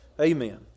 amen